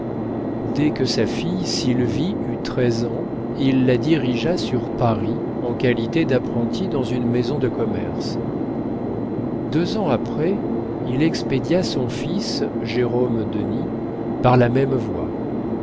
dès que sa fille sylvie eut treize ans il la dirigea sur paris en qualité d'apprentie dans une maison de commerce deux ans après il expédia son fils jérôme denis par la même voie